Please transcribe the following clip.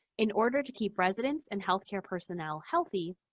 in order to keep residents and healthcare personnel healthy,